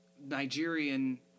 Nigerian